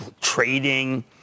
trading